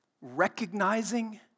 recognizing